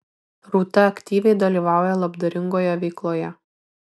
rūta aktyviai dalyvauja labdaringoje veikloje